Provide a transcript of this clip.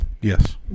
Yes